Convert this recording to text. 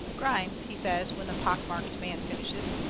grimes, he says, when the pock-marked man finishes,